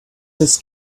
this